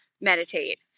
meditate